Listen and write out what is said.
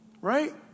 right